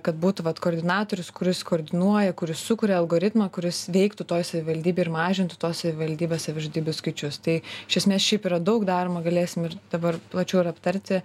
kad būtų vat koordinatorius kuris koordinuoja kuris sukuria algoritmą kuris veiktų toj savivaldybėj ir mažintų tos savivaldybės savižudybių skaičius tai iš esmės šiaip yra daug daroma galėsim ir dabar plačiau ir aptarti